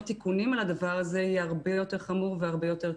תיקונים על הדבר הזה יהיה הרבה יותר חמור והרבה יותר קשה.